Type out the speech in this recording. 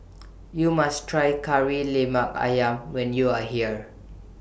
YOU must Try Kari Lemak Ayam when YOU Are here